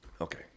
Okay